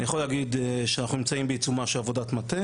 אני יכול להגיד שאנחנו נמצאים בעיצומה של עבודת מטה